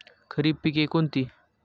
खरीप पिके कोणती?